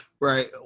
Right